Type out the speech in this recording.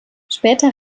später